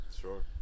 Sure